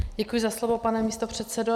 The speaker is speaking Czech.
Děkuji za slovo, pane místopředsedo.